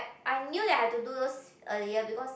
I knew that I have to do those earlier because